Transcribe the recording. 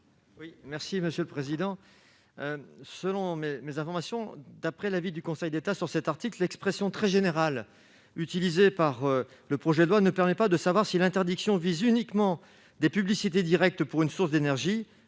libellé : La parole est à M. Stéphane Demilly. D'après l'avis du Conseil d'État sur l'article 4, l'expression très générale utilisée dans le projet de loi ne permet pas de savoir si l'interdiction vise uniquement des publicités directes pour une source d'énergie